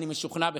אני משוכנע בכך,